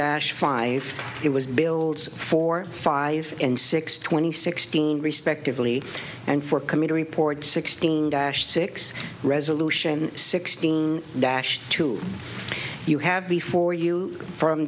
dash five it was built for five and six twenty sixteen respectively and for committee report sixteen dash six resolution sixteen dash two you have before you from